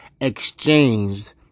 exchanged